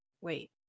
Wait